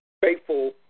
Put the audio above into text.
faithful